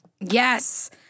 Yes